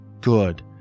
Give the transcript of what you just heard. good